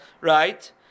right